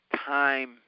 time